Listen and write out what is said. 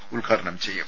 P ഉദ്ഘാടനം ചെയ്യും